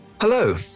Hello